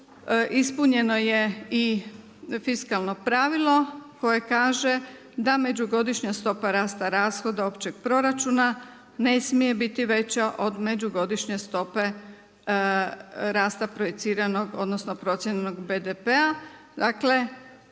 ispunjeno je fiskalno pravilo koje kaže da međugodišnja stopa rasta rashoda općeg proračuna ne smije biti veća od međugodišnje stope rasta projiciranog odnosno procijenjenog BDP-a, dakle